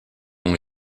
ont